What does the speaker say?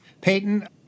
Peyton